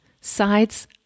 sides